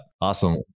awesome